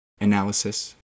Analysis